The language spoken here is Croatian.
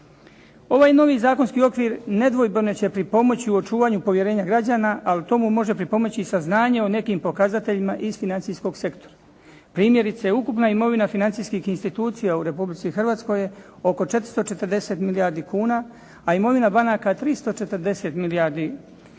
Ovaj novi zakonski okvir nedvojbeno će pripomoći u očuvanju povjerenja građana, ali tomu može pripomoći i saznanje o nekim pokazateljima iz financijskog sektora. Primjerice, ukupna imovina financijskih institucija u Republici Hrvatskoj je oko 440 milijardi kuna, a imovina banaka je 340 milijardi što